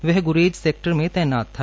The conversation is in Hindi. वह ग्रेज सेक्टर में तैनात से था